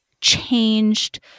changed